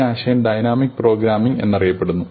ഈ ആശയം dynamic programming എന്നറിയപ്പെടുന്നു